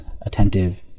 attentive